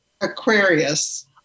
aquarius